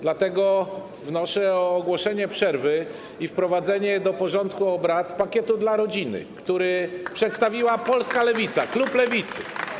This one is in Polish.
Dlatego wnoszę o ogłoszenie przerwy i wprowadzenie do porządku obrad pakietu dla rodziny, który przedstawiła polska Lewica, klub Lewicy.